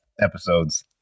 episodes